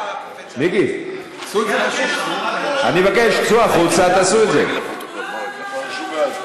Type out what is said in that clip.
מיקי, אני מבקש, צאו החוצה, תעשו את זה בחוץ.